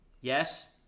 yes